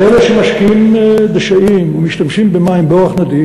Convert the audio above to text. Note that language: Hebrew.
ואלה שמשקים דשאים ומשתמשים במים באורח נדיב,